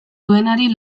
duenari